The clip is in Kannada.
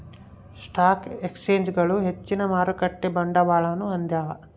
ಸ್ಟಾಕ್ ಎಕ್ಸ್ಚೇಂಜ್ಗಳು ಹೆಚ್ಚಿನ ಮಾರುಕಟ್ಟೆ ಬಂಡವಾಳವನ್ನು ಹೊಂದ್ಯಾವ